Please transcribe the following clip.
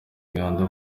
uganda